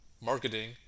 marketing